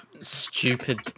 stupid